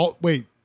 Wait